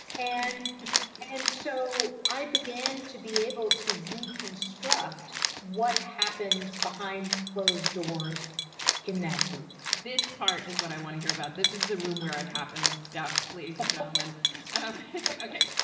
and and so i began to be able to reconstruct what happened behind closed doors in that group this part is what i want to hear about. this is the room where it happens stuff, ladies and gentlemen ok,